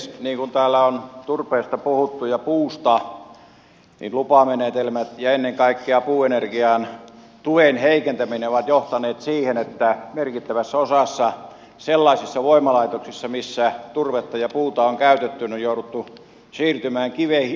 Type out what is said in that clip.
niin kuin täällä on turpeesta puhuttu ja puusta niin lupamenetelmät ja ennen kaikkea puuenergian tuen heikentäminen ovat johtaneet siihen että merkittävässä osassa sellaisia voimalaitoksia missä turvetta ja puuta on käytetty on jouduttu siirtymään kivihiilen käyttöön